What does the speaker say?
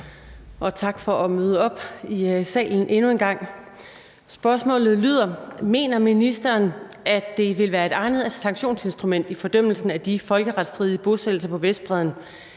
Og tak for at møde op i salen endnu en gang. Spørgsmålet lyder: Mener ministeren, at det vil være et egnet sanktionsinstrument i fordømmelsen af de folkeretsstridige bosættelser på Vestbredden,